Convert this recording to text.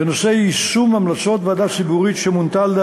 בנושא יישום המלצות ועדה ציבורית שמונתה על-ידי